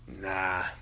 Nah